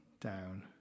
down